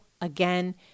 Again